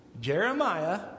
Jeremiah